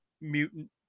mutant